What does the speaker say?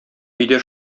өйдә